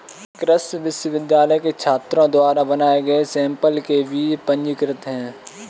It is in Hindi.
कृषि विश्वविद्यालय के छात्रों द्वारा बनाए गए सैंपल के बीज पंजीकृत हैं